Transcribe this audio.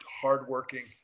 hardworking